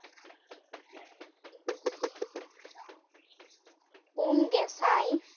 ᱯᱩᱱ ᱜᱮᱥᱟᱭ